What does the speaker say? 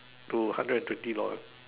to hundred and twenty dollar